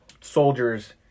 soldiers